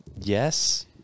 Yes